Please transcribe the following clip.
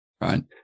right